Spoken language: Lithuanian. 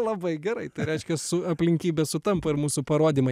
labai gerai tai reiškia su aplinkybės sutampa ir mūsų parodymai